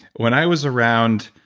when i was around,